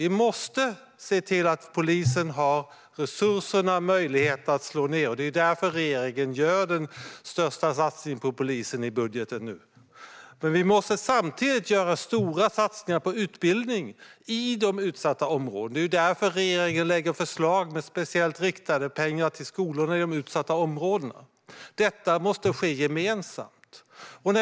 Vi måste se till att polisen har resurser och möjligheter att slå ned. Det är därför regeringen gör den största satsningen på polisen i budgeten nu. Men vi måste samtidigt göra stora satsningar på utbildning i de utsatta områdena. Det är därför regeringen lägger fram förslag med speciellt riktade pengar till skolorna i de utsatta områdena. Detta måste ske gemensamt.